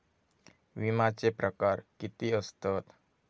विमाचे प्रकार किती असतत?